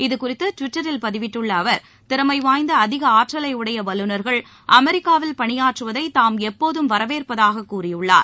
இதுகுறித்து டிவிட்டரில் பதிவிட்டுள்ள அவர் திறமை வாய்ந்த அதிக ஆற்றலை உடைய வல்லுநர்கள் அமெரிக்காவில் பணியாற்றுவதை தாம் எப்போதும் வரவேற்பதாக கூறியுள்ளார்